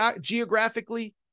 geographically